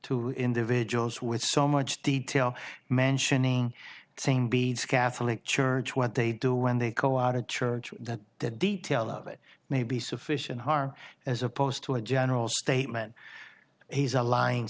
to individuals with so much detail mentioning same beads catholic church what they do when they call out of church that that detail of it may be sufficient harm as opposed to a general statement he's a lying